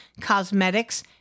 cosmetics